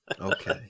Okay